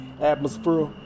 atmosphere